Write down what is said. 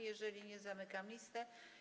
Jeżeli nie, zamykam listę.